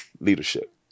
leadership